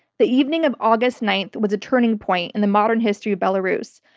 the evening of august ninth was a turning point in the modern history of belarus.